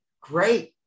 great